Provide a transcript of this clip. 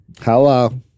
Hello